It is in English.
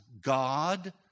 God